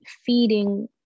feeding